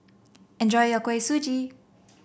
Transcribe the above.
enjoy your Kuih Suji